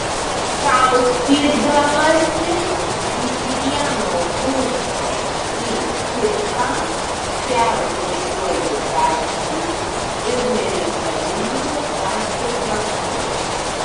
kraustydamasi iš vieno būsto į kitą perrūšiuoju daiktus ir nereikalingų atsikratau